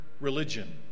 religion